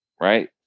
Right